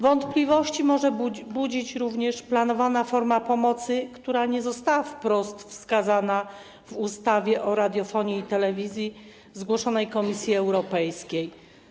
Wątpliwości może budzić również planowana forma pomocy, która nie została wprost wskazana w ustawie o radiofonii i telewizji zgłoszonej Komisji Europejskiej.